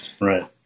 Right